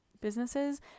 businesses